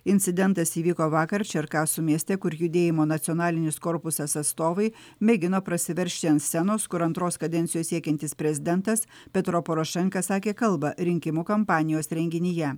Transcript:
incidentas įvyko vakar čerkasų mieste kur judėjimo nacionalinis korpusas atstovai mėgino prasiveržti ant scenos kur antros kadencijos siekiantis prezidentas petro porošenka sakė kalbą rinkimų kampanijos renginyje